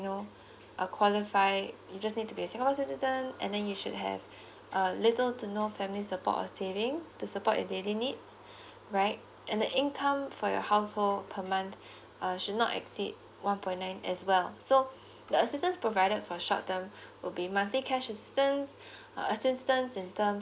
know uh qualify you just need to be singapore citizen and then you should have a little to no family support or savings to support your daily needs right and the income for your household per month uh should not exceed one point nine as well so the assistance provided for short term would be monthly cash assistance err assistance in terms